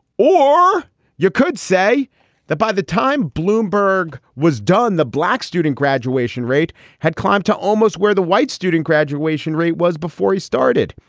or you could say that by the time bloomberg was done, the black student graduation rate had climbed to almost where the white student graduation rate was before he started.